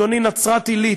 אדוני, נצרת-עילית,